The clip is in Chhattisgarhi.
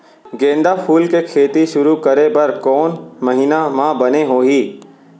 गेंदा फूल के खेती शुरू करे बर कौन महीना मा बने होही?